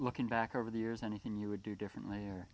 looking back over the years anything you would do differently or